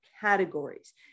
categories